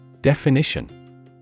Definition